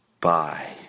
Bye